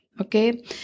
Okay